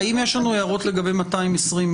האם יש לנו הערות לגבי 220ה?